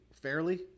fairly